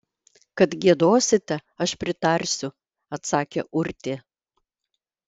kad giedosite aš pritarsiu atsakė urtė